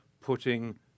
putting